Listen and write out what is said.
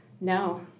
No